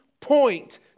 point